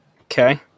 Okay